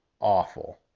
Awful